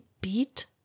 beat